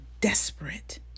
desperate